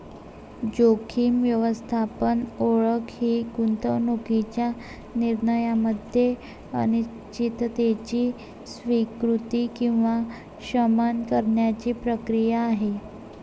जोखीम व्यवस्थापन ओळख ही गुंतवणूकीच्या निर्णयामध्ये अनिश्चिततेची स्वीकृती किंवा शमन करण्याची प्रक्रिया आहे